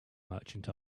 merchant